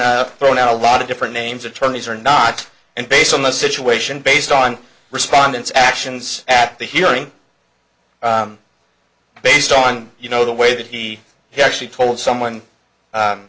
thrown out a lot of different names attorneys or not and based on the situation based on respondents actions at the hearing based on you know the way that he actually told someone